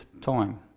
time